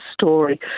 story